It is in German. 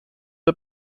der